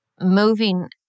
moving